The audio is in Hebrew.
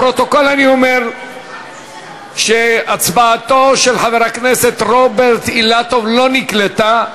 לפרוטוקול אני אומר שהצבעתו של חבר הכנסת רוברט אילטוב לא נקלטה.